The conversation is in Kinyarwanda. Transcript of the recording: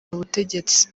ubutegetsi